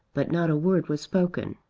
but not a word was spoken.